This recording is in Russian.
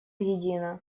едино